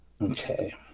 Okay